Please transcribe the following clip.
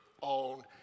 on